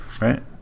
Right